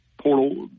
portal